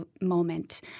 moment